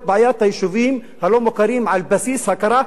בעיית היישובים הלא-מוכרים על בסיס הכרה,